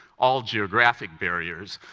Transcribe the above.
all geographic barriers,